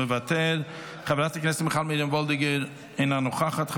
מוותר, חברת הכנסת מיכל מרים וולדיגר, אינה נוכחת,